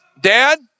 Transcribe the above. dad